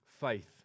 faith